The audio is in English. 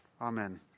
Amen